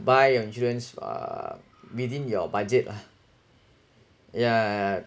buy your insurance uh within your budget lah yeah